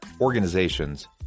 organizations